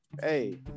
hey